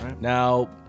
Now